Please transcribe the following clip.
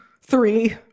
three